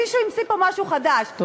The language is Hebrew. מישהו המציא פה משהו חדש,